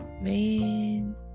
man